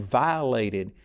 violated